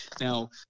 Now